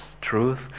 truth